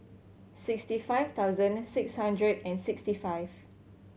sixty five thousand six hundred and sixty five